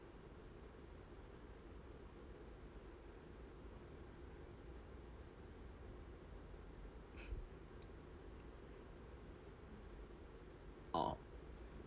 ah